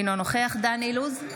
אינו נוכח דן אילוז,